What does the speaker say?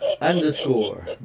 underscore